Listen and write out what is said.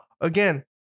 Again